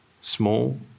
small